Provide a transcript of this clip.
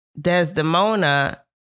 Desdemona